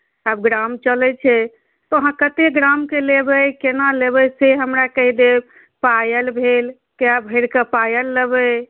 आब ग्राम चलैत छै तऽ अहाँ कतेक ग्रामके लेबै केना लेबै से हमरा कहि देब पायल भेल कए भरिके पायल लेबै